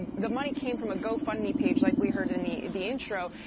ah the money came from a gofundme page like we heard in the the intro.